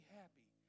happy